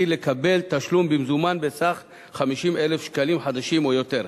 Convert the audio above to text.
לקבל תשלום במזומן בסך 50,000 שקלים חדשים או יותר.